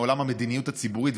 מעולם המדיניות הציבורית,